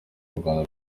rwanda